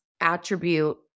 attribute